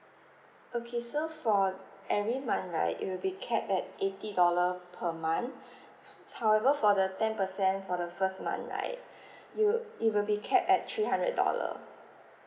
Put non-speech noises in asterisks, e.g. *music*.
okay so for every month right it will be capped at eighty dollar per month *breath* s~ however for the ten percent for the first month right *breath* it will it will be capped at three hundred dollar